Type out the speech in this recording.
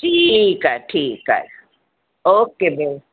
ठीकु आहे ठीकु आहे ओके भेण